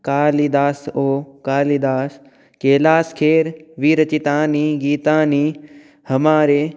कालिदास् ओ कालिदास् कैलास् केर् विरचितानि गीतानि हमारे